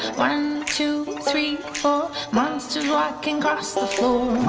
one, two, three, four monsters walking cross the floor.